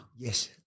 Yes